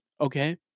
Okay